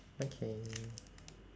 okay